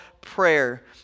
prayer